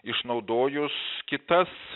išnaudojus kitas